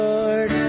Lord